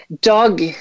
dog